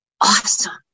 Awesome